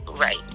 Right